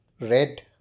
red